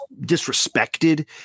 disrespected